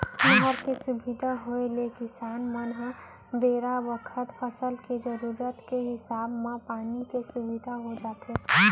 नहर के सुबिधा होय ले किसान मन ल बेरा बखत फसल के जरूरत के हिसाब म पानी के सुबिधा हो जाथे